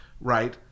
right